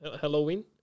Halloween